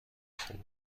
خوب